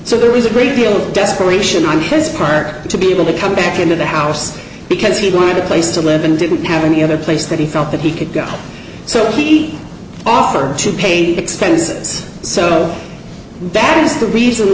so there was a great deal of desperation on his part to be able to come back into the house because he wanted a place to live and didn't have any other place that he felt that he could go so he offered to pay expenses so that is the reason